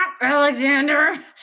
Alexander